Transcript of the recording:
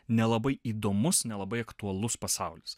nelabai įdomus nelabai aktualus pasaulis